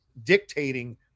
dictating